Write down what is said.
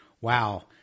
wow